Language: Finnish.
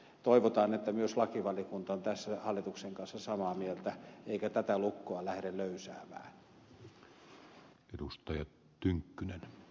toivotaan että myös lakivaliokunta on tässä hallituksen kanssa samaa mieltä eikä tätä lukkoa lähde löysäämään